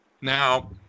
Now